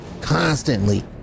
constantly